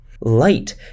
light